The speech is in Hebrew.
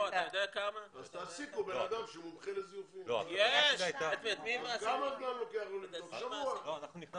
אז צריך בדיקה מצליבה בארכיונים לראות שזה לא מזויף.